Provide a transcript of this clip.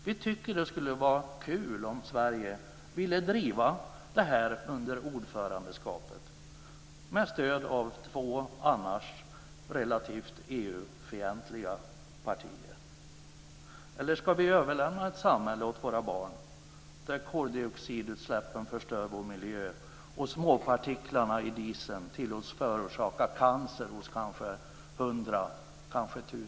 Vi tycker att det skulle vara kul om Sverige ville driva detta under ordförandeskapet med stöd av två annars relativt EU fientliga partier. Eller ska vi överlämna ett samhälle åt våra barn där koldioxidutsläppen förstör vår miljö och småpartiklarna i dieseln tillåts förorsaka cancer hos kanske tusentals människor?